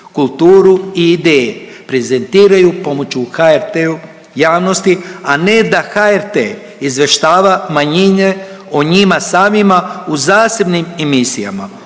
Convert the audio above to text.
kulturu i ideje prezentiraju pomoću HRT-a javnosti, a ne da HRT izvještava manjine o njima samima u zasebnim emisijama.